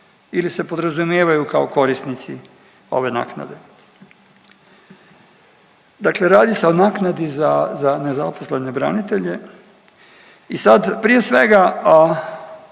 ili se podrazumijevaju kao korisnici ove naknade. Dakle, radi se o naknadi za nezaposlene branitelje i sad prije svega